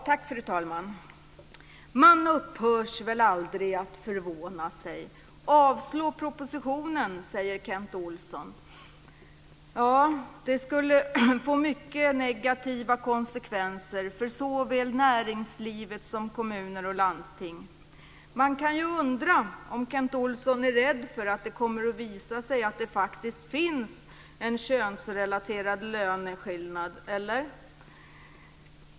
Fru talman! Man upphör aldrig att förvånas. Kent Olsson säger: Avslå propositionen! Det skulle få mycket negativa konsekvenser för såväl näringslivet som kommuner och landsting. Man kan ju undra om Kent Olsson är rädd för att det kommer att visa sig att det faktiskt finns en könsrelaterad löneskillnad.